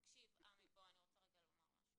תקשיב, עמי, יש לי כמה דברים לומר.